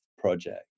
project